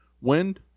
Wind